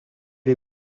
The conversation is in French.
les